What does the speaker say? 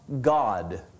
God